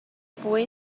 boy